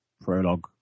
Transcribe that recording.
prologue